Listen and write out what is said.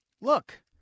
look